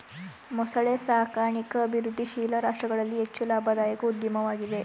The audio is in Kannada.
ಮೊಸಳೆ ಸಾಕಣಿಕೆ ಅಭಿವೃದ್ಧಿಶೀಲ ರಾಷ್ಟ್ರಗಳಲ್ಲಿ ಹೆಚ್ಚು ಲಾಭದಾಯಕ ಉದ್ಯಮವಾಗಿದೆ